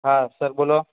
હા સર બોલો